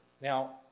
Now